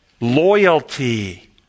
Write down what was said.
loyalty